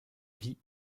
vit